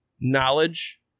knowledge